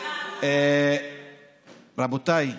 רבותיי,